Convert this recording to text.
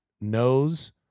knows